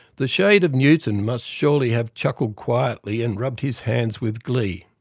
the shade of newton must surely have chuckled quietly and rubbed his hands with glee.